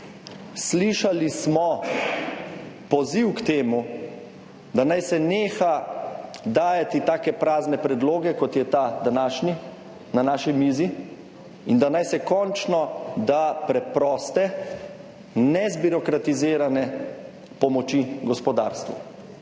Slišali smo poziv k temu, da naj se neha dajati take prazne predloge, kot je ta današnji na naši mizi in da naj se končno da preproste, nezbirokratizirane pomoči gospodarstvu.